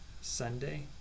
Sunday